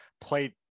played